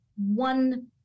one